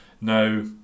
Now